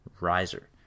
riser